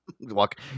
Walk